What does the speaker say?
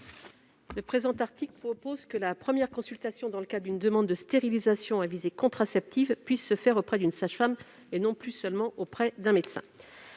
Le présent article prévoit que la première consultation, pour une demande de stérilisation à visée contraceptive, puisse se faire auprès d'une sage-femme et non plus seulement auprès d'un médecin.